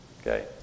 Okay